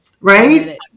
Right